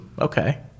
Okay